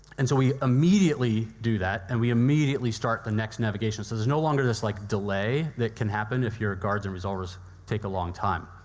and so we immediately do that, and we immediately start the next navigation, so there's no longer this like delay that can happen if your guards and resolvers take a long time.